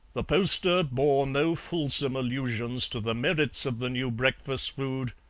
the poster bore no fulsome allusions to the merits of the new breakfast food,